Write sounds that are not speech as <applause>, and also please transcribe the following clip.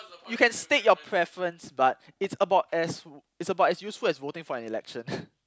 you can state your preference but it's about as it's about as useful as voting for an election <breath>